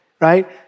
right